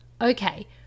Okay